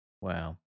Wow